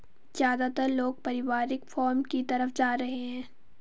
ज्यादातर लोग पारिवारिक फॉर्म की तरफ जा रहै है